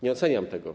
Nie oceniam tego.